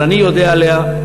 אבל אני יודע עליה,